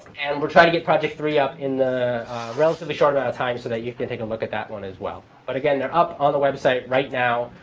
and we'll try to get project three up in a relatively short amount of time so that you can take a look at that one, as well. but again, they're up on the website right now.